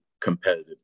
competitive